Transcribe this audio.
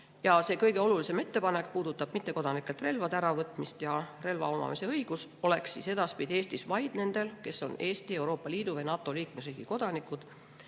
Kõige olulisem ettepanek puudutab mittekodanikelt relvade äravõtmist. Relva omamise õigus oleks edaspidi Eestis vaid nendel, kes on Eesti, Euroopa Liidu või NATO liikmesriigi kodanikud.